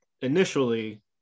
initially